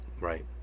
right